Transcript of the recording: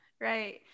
Right